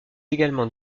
également